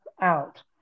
out